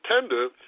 tender